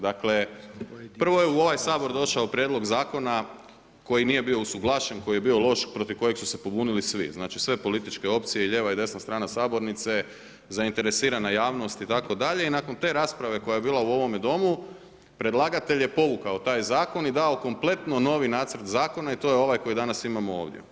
Dakle, prvo je u ovaj Sabor došao prijedlog zakona koji nije bio usuglašen, koji je bio loš, protiv kojeg su se pobunili svi znači, sve političke opcije i lijeva i desna strana sabornice, zainteresirana javnost itd. i nakon te rasprave koja je bila u ovome domu predlagatelj je povukao taj zakon i dao kompletno novi nacrt zakona i to je ovaj koji danas imamo ovdje.